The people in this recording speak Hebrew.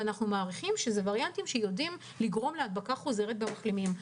אנחנו מעריכים שאלה וריאנטים שיודעים לגרום להדבקה חוזרת במחלימים.